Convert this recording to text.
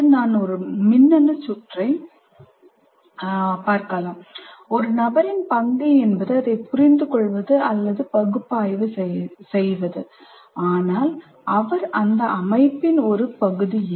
நான் ஒரு மின்னணு சுற்றை பார்க்க முடியும் ஒரு நபரின் பங்கு என்பது அதைப் புரிந்துகொள்வது அல்லது பகுப்பாய்வு செய்வது ஆனால் அவர் அந்த அமைப்பின் ஒரு பகுதி இல்லை